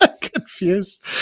Confused